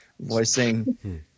voicing